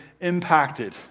impacted